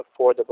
affordable